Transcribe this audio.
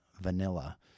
vanilla